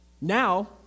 Now